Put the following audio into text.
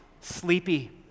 sleepy